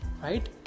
right